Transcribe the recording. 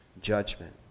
judgment